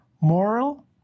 moral